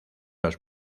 los